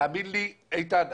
איתן,